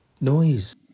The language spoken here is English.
noise